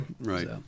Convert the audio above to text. right